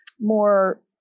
more